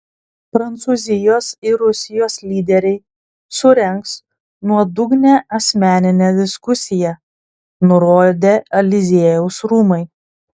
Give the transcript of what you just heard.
prancūzijos ir rusijos lyderiai surengs nuodugnią asmeninę diskusiją nurodė eliziejaus rūmai